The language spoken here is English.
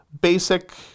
basic